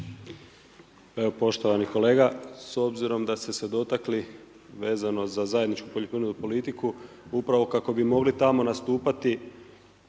Poštovani kolega, s obzirom da ste se dotakli, vezano za zajedničku poljoprivredu politiku, upravo kako bi mogli tamo nastupati,